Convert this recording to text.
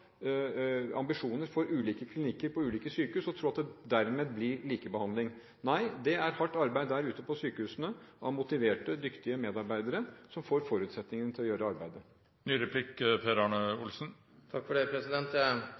ambisjoner for ulike klinikker på ulike sykehus og tro at det dermed blir likebehandling. Nei, det er hardt arbeid der ute på sykehusene av motiverte, dyktige medarbeidere som får forutsetningene til å gjøre arbeidet. Jeg